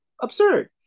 absurd